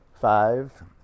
five